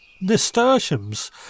Nasturtiums